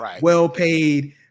well-paid